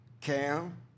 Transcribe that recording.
Cam